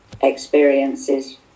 experiences